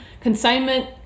consignment